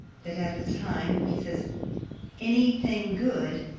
that at the time he says any thing good,